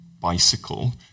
bicycle